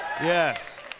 Yes